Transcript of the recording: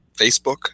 Facebook